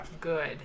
good